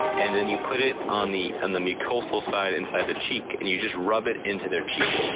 and then you put it on the and the mucosal side inside the cheek, and you just rub it into their cheek.